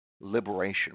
liberation